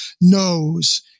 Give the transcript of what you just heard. knows